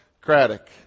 Craddock